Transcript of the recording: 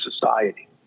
society